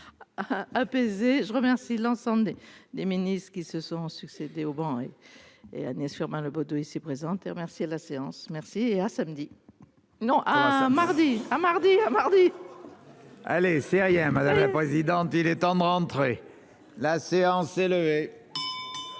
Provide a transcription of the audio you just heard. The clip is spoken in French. apaisés, je remercie l'ensemble des. Des ministres qui se sont succédé au banc et Agnès Firmin Le Bodo ici présente et remercie la séance merci et à samedi non alors ce mardi. à mardi à mardi allez rien, madame la présidente, il est temps de rentrer la séance est levée.